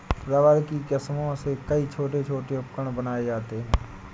rubber की किस्मों से कई छोटे छोटे उपकरण बनाये जाते हैं